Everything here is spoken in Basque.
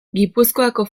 gipuzkoako